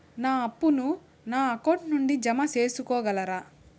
నా అప్పును నా అకౌంట్ నుండి జామ సేసుకోగలరా?